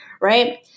Right